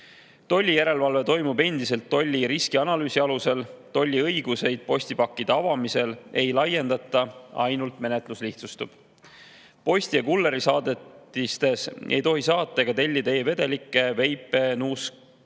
Tollijärelevalve toimub endiselt tolli riskianalüüsi alusel. Tolli õigusi postipakkide avamisel ei laiendata, ainult menetlus lihtsustub. Posti- ja kullerisaadetistes ei tohi saata ega tellida e-vedelikke, veipe, nuusktubakat